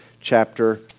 chapter